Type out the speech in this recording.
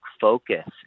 focus